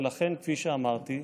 ולכן, כפי שאמרתי,